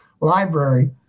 library